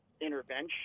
Intervention